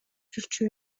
жүрчү